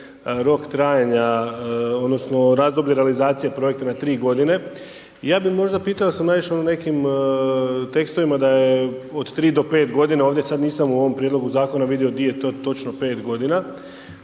rok trajanja odnosno razdoblje realizacije projekta na tri godine, ja bih možda pitao jel sam naišao u nekim tekstovima da je od tri do pet godina ovdje, sada nisam u ovom prijedlogu zakona vidio gdje je to točno pet godina,